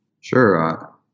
Sure